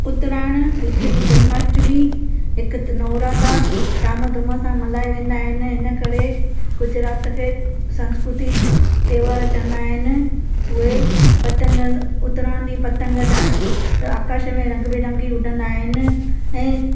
उतरायण हिकरी जन्माष्टमी हिकु नौराता धाम धूम सां मल्हाए वेंदा आहिनि हिन करे गुजरात खे संस्कृती त्योहार चवंदा आहिनि उहे पतंग उतरायण ॾींहुं पतंग ॾा आकाश में रंग बिरंगी उॾंदा आहिनि ऐं